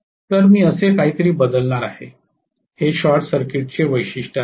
तर मी असे काहीतरी बदलणार आहे हे शॉर्ट सर्किटचे वैशिष्ट्य आहे